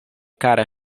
kara